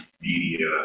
media